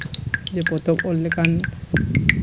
ᱡᱮ ᱯᱚᱛᱚᱵᱽ ᱚᱞ ᱞᱮᱠᱷᱟᱱ